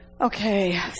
Okay